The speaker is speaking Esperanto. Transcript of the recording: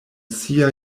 sia